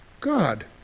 God